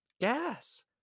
gas